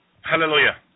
Hallelujah